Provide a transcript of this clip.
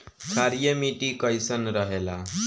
क्षारीय मिट्टी कईसन रहेला?